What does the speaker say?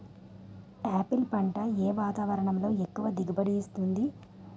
Apple పంట ఏ వాతావరణంలో ఎక్కువ దిగుబడి ఇస్తుంది?